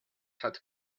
had